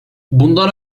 bundan